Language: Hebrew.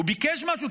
הוא ביקש משהו,